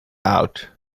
out